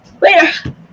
later